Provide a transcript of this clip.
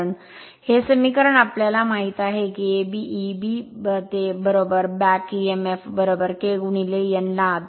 हे समीकरण आम्हाला हे समीकरण माहित आहे की A B back Emf K n लिहा